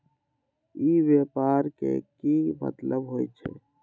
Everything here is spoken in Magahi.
ई व्यापार के की मतलब होई छई?